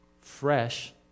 fresh